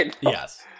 Yes